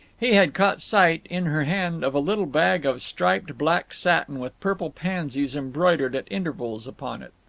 he had caught sight, in her hand, of a little bag of striped black satin with purple pansies embroidered at intervals upon it.